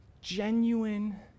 Genuine